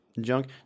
junk